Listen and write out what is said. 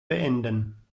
beenden